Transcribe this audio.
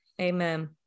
amen